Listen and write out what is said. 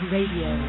Radio